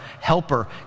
helper